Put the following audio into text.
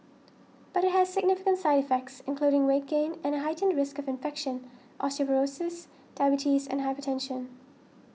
but it has significant side effects including weight gain and a heightened risk of infection osteoporosis diabetes and hypertension